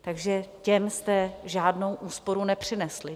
Takže těm jste žádnou úsporu nepřinesli.